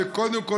וקודם כול,